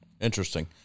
Interesting